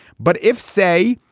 but if, say,